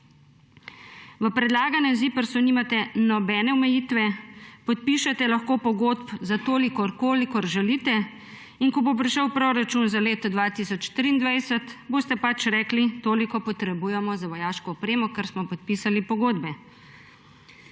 V predlaganem ZIPRS nimate nobene omejitve, podpišete lahko pogodb za toliko, kolikor želite, in ko bo prišel proračun za leto 2023, boste pač rekli, da toliko potrebujete za vojaško opremo, ker smo podpisali pogodbe.